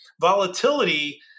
volatility